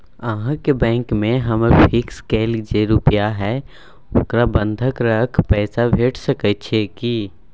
अहाँके बैंक में हमर फिक्स कैल जे रुपिया हय ओकरा बंधक रख पैसा भेट सकै छै कि?